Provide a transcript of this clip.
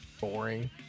boring